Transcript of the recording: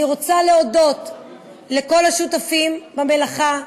אני רוצה להודות לכל השותפים במלאכה,